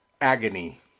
agony